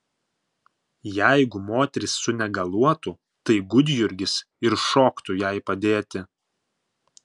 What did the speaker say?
jeigu moteris sunegaluotų tai gudjurgis ir šoktų jai padėti